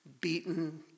beaten